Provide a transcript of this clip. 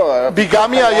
ביגמיה,